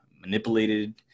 manipulated